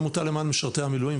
מהעמותה למען משרתי המילואים,